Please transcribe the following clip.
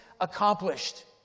accomplished